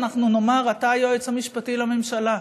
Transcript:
אנחנו נאמר: אתה היועץ המשפטי לממשלה.